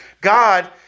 God